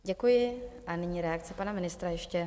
Děkuji a nyní reakce pana ministra ještě.